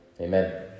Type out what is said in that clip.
amen